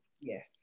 yes